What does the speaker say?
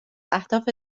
اهداف